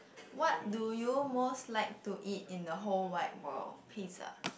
what do you most like to eat in the whole wide world pizza